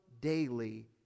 daily